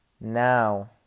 Now